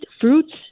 Fruits